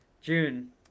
june